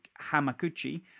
Hamakuchi